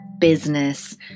Business